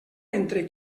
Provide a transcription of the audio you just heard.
entre